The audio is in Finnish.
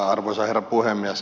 arvoisa herra puhemies